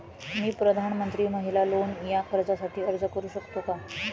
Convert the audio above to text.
मी प्रधानमंत्री महिला लोन या कर्जासाठी अर्ज करू शकतो का?